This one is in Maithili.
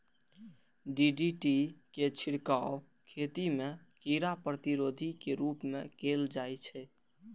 डी.डी.टी के छिड़काव खेती मे कीड़ा प्रतिरोधी के रूप मे कैल जाइ छै